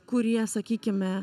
kurie sakykime